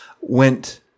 went